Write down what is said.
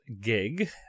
gig